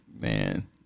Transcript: Man